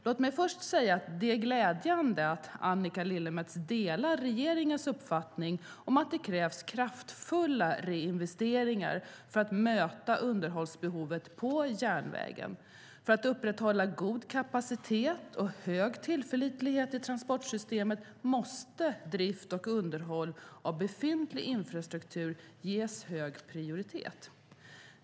Låt mig först säga att det är glädjande att Annika Lillemets delar regeringens uppfattning om att det krävs kraftfulla reinvesteringar för att möta underhållsbehovet på järnvägen. För att upprätthålla god kapacitet och hög tillförlitlighet i transportsystemet måste drift och underhåll av befintlig infrastruktur ges hög prioritet.